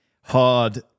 hard